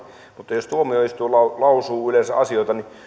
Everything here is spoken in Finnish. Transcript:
mutta jos tuomioistuin lausuu asioita niin